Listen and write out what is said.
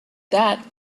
that